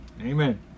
Amen